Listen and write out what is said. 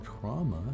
trauma